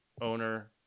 owner